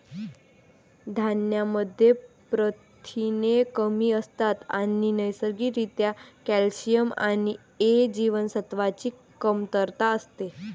धान्यांमध्ये प्रथिने कमी असतात आणि नैसर्गिक रित्या कॅल्शियम आणि अ जीवनसत्वाची कमतरता असते